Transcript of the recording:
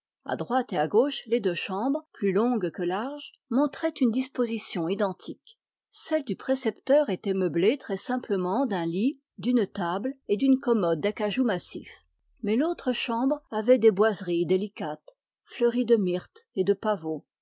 à droite et à gauche les deux chambres plus longues que larges montraient une disposition identique celle du précepteur était meublée très simplement d'un lit d'une table et d'une commode d'acajou massif mais l'autre chambre avait des boiseries délicates fleuries de myrte et de pavots